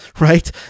right